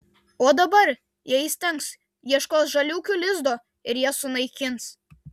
o dabar jei įstengs ieškos žaliūkių lizdo ir jas sunaikins